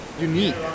unique